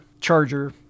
charger